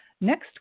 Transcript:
next